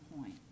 point